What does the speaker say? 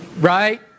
Right